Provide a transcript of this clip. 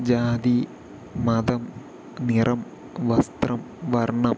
ജാതി മതം നിറം വസ്ത്രം വർണ്ണം